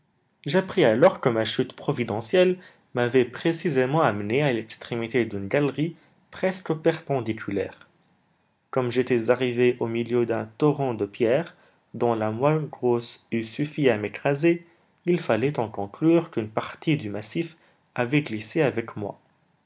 j'appris alors que ma chute providentielle m'avait précisément amené à l'extrémité d'une galerie presque perpendiculaire comme j'étais arrivé au milieu d'un torrent de pierres dont la moins grosse eût suffi à m'écraser il fallait en conclure qu'une partie du massif avait glissé avec moi